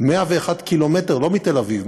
101 ק"מ לא מתל-אביב,